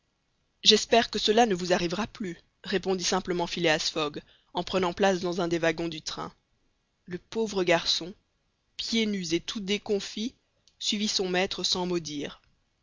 j'espère que cela ne vous arrivera plus répondit simplement phileas fogg en prenant place dans un des wagons du train le pauvre garçon pieds nus et tout déconfit suivit son maître sans